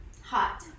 Hot